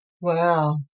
Wow